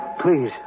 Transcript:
please